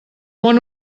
món